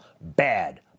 bad